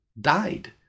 died